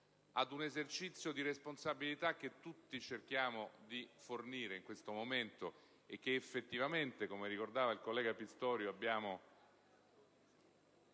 ad un esercizio di responsabilità che tutti cerchiamo di fornire in questo momento e che effettivamente, come ricordava il collega Pistorio, abbiamo